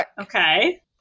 okay